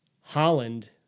Holland